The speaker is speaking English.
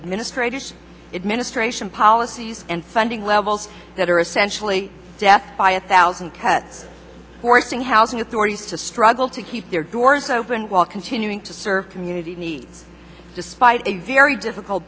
administrative administration policies and funding levels that are essentially death by a thousand cuts forcing housing authorities to struggle to keep their doors open while continuing to serve community needs despite a very difficult